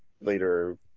later